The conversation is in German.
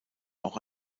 auch